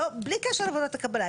בלי קשר לוועדות הקבלה,